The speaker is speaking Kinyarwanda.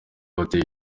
wateye